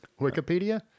Wikipedia